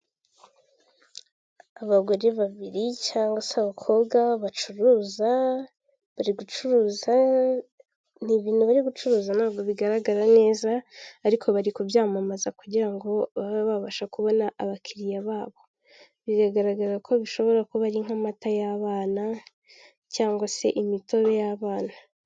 Abagore babiri, cyangwa se abakobwa bacuruza, bari gucuruza ibintu bari gucuruza ntabwo bigaragara neza, ariko bari kubyamamaza kugira ngo babe babasha kubona abakiriya babo bigaragara ko bishobora kuba ari nk'amata y'abana, cyangwa se imitobe y'abana.